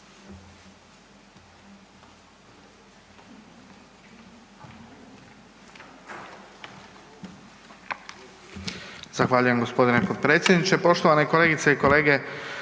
Zahvaljujem g. potpredsjedniče.